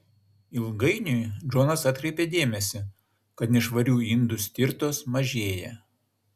ilgainiui džonas atkreipė dėmesį kad nešvarių indų stirtos mažėja